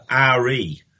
RE